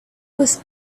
was